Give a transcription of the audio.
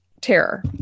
terror